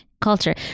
culture